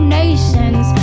nations